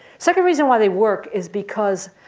second reason why they work is because